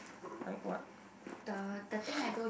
like what